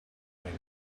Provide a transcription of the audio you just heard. think